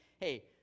hey